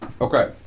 Okay